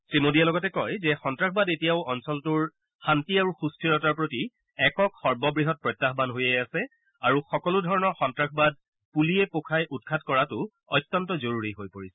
শ্ৰীমোডীয়ে লগতে কয় যে সন্নাসবাদ এতিয়াও অঞ্চলটোৰ শান্তি আৰু সুস্থিৰতাৰ প্ৰতি একক সৰ্ববৃহৎ প্ৰত্যাহান হৈয়ে আছে আৰু সকলো ধৰণৰ সন্তাসবাদ পূলিয়ে পোখাই উৎখাত কৰাটো অত্যন্ত জৰুৰী হৈ পৰিছে